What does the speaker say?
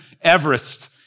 Everest